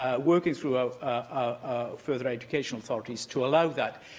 ah working through ah ah further education authorities, to allow that.